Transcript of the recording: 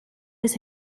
his